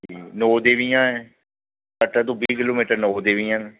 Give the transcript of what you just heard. नौ देवियां ऐ कटरा तू बीह् किलो मीटर नौ देवियां न